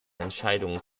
entscheidungen